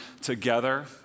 together